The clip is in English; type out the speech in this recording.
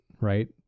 right